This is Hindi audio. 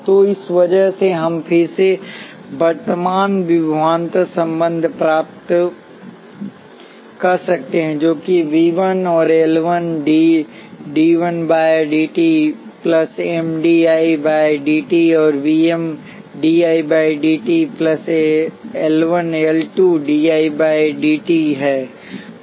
तो इस वजह से हम फिर से वर्तमान विभवांतर संबंध प्राप्त कर सकते हैं जो कि V 1 L 1 D I 1 by D T plus M D I 2 by D T और V 2 M D I 1 by D T plus L 2 D I 2 by D T है